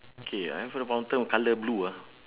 K and then for the fountain colour blue ah